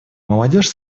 молодежь